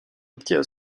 obtient